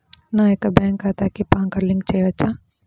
నా యొక్క బ్యాంక్ ఖాతాకి పాన్ కార్డ్ లింక్ చేయవచ్చా?